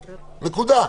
נקודה.